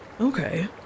Okay